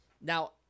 Now